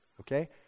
okay